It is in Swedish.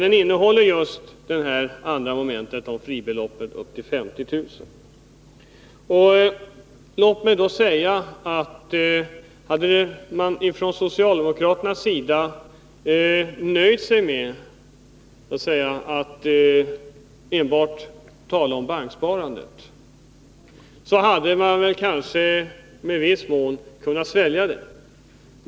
Det har också som ett andra moment ett fribelopp på högst 50 000 kr. Hade socialdemokraterna nöjt sig med att i detta sammanhang tala om banksparandet hade man kanske kunnat svälja det.